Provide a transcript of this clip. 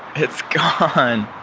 it's gone!